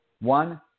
One